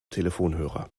telefonhörer